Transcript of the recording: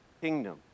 kingdom